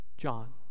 John